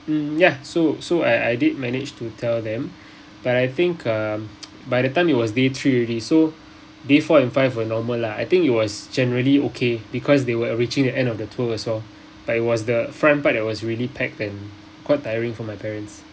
mm ya so so I I did manage to tell them but I think um by the time it was day three already so day four and five were normal lah I think it was generally okay because they were reaching the end of the tour as well but it was the front part that was really packed and quite tiring for my parents